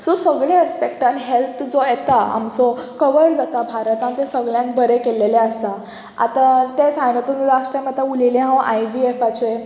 so सगल्या एस्पॅक्टान health जो येता आमचो कवर जाता भारतान तें सगल्यांक बरें केल्लेलें आसा आतां ते सायनात लास्ट टायम आतां उलयलें हांव आय वी एफाचे